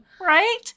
right